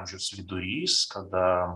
amžiaus vidurys kada